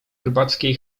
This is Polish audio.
rybackiej